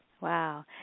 Wow